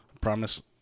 Promise